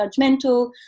judgmental